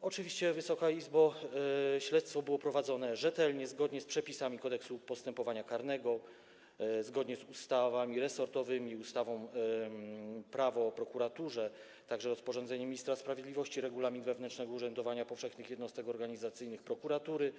oczywiście, Wysoka Izbo, śledztwo było prowadzone rzetelnie, zgodnie z przepisami Kodeksu postępowania karnego, zgodnie z ustawami resortowymi, ustawą Prawo o prokuraturze, a także rozporządzeniem ministra sprawiedliwości Regulamin wewnętrznego urzędowania powszechnych jednostek organizacyjnych prokuratury.